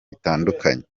bitandukanye